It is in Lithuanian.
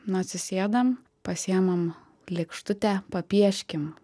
na atsisėdam pasiimam lėkštutę papieškim